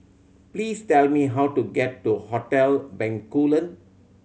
please tell me how to get to Hotel Bencoolen